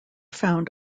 found